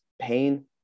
pain